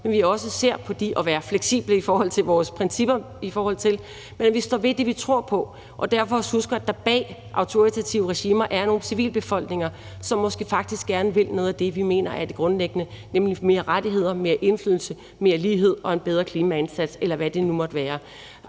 med, og at være fleksible i forhold til vores principper, men at vi står ved det, vi tror på, og derfor også husker, at der bag autoritative regimer er nogle civilbefolkninger, som måske faktisk gerne vil noget af det, vi mener er det grundlæggende, nemlig flere rettigheder, mere indflydelse, mere lighed og en bedre klimaindsats, eller hvad det nu måtte være.